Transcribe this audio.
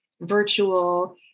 virtual